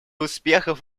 успехов